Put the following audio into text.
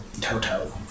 Toto